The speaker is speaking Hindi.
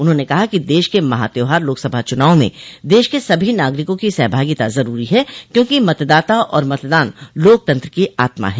उन्होंने कहा कि देश के महा त्यौहार लोकसभा चुनाव में देश के सभी नागरिकों की सहभागिता जरूरी है क्योंकि मतदाता और मतदान लोकतंत्र की आत्मा है